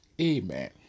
Amen